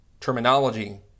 terminology